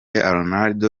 arnold